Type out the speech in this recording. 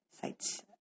sites